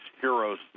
heroes